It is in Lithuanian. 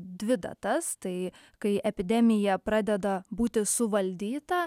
dvi datas tai kai epidemija pradeda būti suvaldyta